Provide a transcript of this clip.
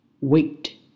wait